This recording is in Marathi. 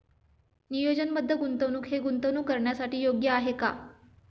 नियोजनबद्ध गुंतवणूक हे गुंतवणूक करण्यासाठी योग्य आहे का?